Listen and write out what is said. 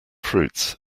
fruits